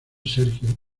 sergio